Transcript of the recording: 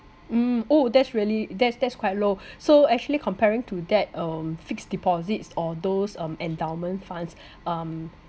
mm oh that's really that's that's quite low so actually comparing to that um fixed deposits or those um endowment funds um